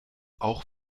auch